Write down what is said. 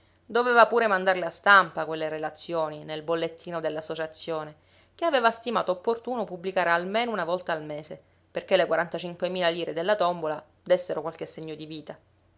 doveva pure mandarle a stampa quelle relazioni nel bollettino dell'associazione che aveva stimato opportuno pubblicare almeno una volta al mese perché le quarantacinquemila lire della tombola dessero qualche segno di vita